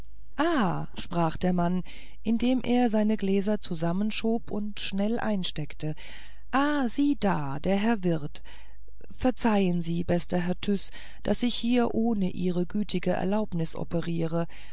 sprach der mann indem er seine gläser zusammenschob und schnell einsteckte ah sieh da der herr wirt verzeihen sie bester herr tyß daß ich hier ohne ihre gütige erlaubnis operiere